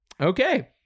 Okay